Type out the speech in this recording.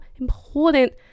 important